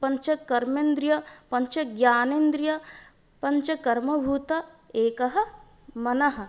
पञ्चकर्मेन्द्रियाः पञ्चज्ञानेन्द्रियाः पञ्चकर्मभूताः एकः मनः